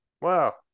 wow